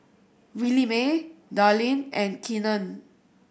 Williemae Darlene and Keenan